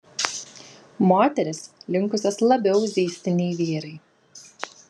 moterys linkusios labiau zyzti nei vyrai